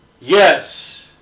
Yes